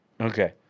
Okay